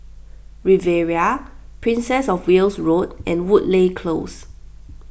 Riviera Princess of Wales Road and Woodleigh Close